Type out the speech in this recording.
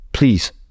Please